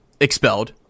Expelled